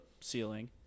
ceiling